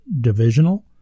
divisional